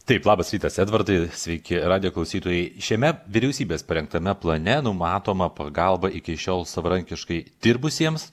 taip labas rytas edvardai sveiki radijo klausytojai šiame vyriausybės parengtame plane numatoma pagalba iki šiol savarankiškai dirbusiems